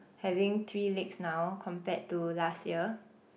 having three legs now compared to last year